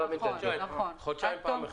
כלומר חודשיים פעם אחת.